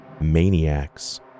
maniacs